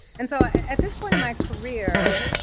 and so, at this point in my career,